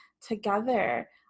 together